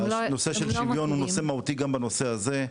הנושא של השוויון הוא נושא מהותי גם בנושא הזה,